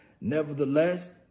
Nevertheless